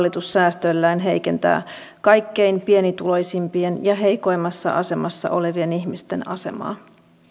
hallitus säästöillään heikentää kaikkein pienituloisimpien ja heikoimmassa asemassa olevien ihmisten asemaa